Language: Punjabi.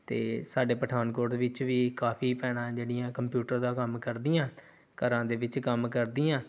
ਅਤੇ ਸਾਡੇ ਪਠਾਨਕੋਟ ਵਿੱਚ ਵੀ ਕਾਫ਼ੀ ਭੈਣਾਂ ਜਿਹੜੀਆਂ ਕੰਪਿਊਟਰ ਦਾ ਕੰਮ ਕਰਦੀਆਂ ਘਰਾਂ ਦੇ ਵਿੱਚ ਕੰਮ ਕਰਦੀਆਂ